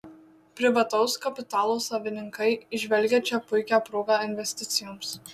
privataus kapitalo savininkai įžvelgia čia puikią progą investicijoms